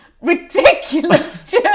ridiculous